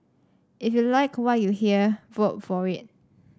if you like what you hear vote for it